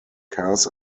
cars